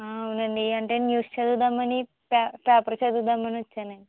అవునండి అంటే న్యూస్ చదువుదామని పే పేపర్ చదువుదామని వచ్చానండి